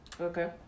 Okay